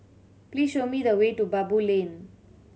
please show me the way to Baboo Lane